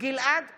גלעד קריב,